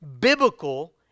biblical